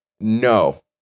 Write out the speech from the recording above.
no